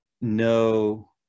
no